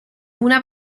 una